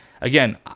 again